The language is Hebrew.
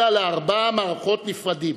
אלא לארבע מערכות נפרדות,